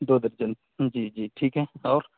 دو درجن جی جی ٹھیک ہے اور